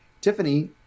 Tiffany